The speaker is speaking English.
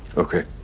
okay.